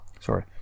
sorry